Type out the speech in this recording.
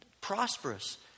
prosperous